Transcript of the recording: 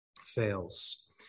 fails